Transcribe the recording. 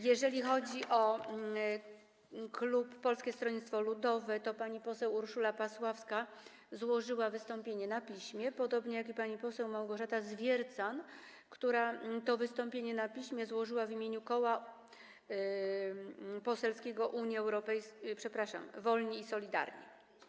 Jeżeli chodzi o klub Polskiego Stronnictwa Ludowego, to pani poseł Urszula Pasławska złożyła wystąpienie na piśmie, podobnie jak pani poseł Małgorzata Zwiercan, która wystąpienie na piśmie złożyła w imieniu Koła Poselskiego Wolni i Solidarni.